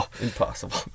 impossible